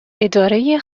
اداره